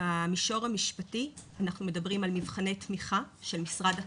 במישור המשפטי אנחנו מדברים על מבחני תמיכה של משרד הכלכלה.